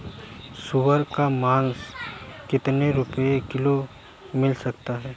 सुअर का मांस कितनी रुपय किलोग्राम मिल सकता है?